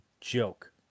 joke